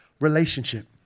Relationship